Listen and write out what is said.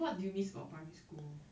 what do you miss about primary school